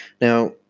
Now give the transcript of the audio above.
Now